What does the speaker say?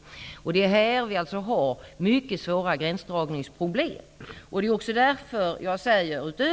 I detta fall uppstår mycket svåra gränsdragningsproblem.